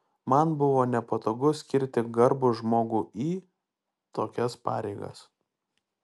man buvo nepatogu skirti garbų žmogų į tokias pareigas